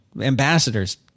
Ambassador's